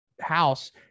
house